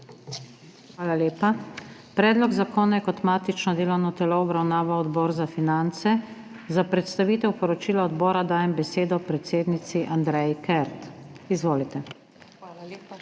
Hvala lepa. Predlog zakona je kot matično delovno telo obravnaval Odbor za finance. Za predstavitev poročila odbora dajem besedo predsednici Andreji Kert. Izvolite. ANDREJA